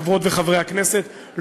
חברות וחברי הכנסת,